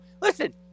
listen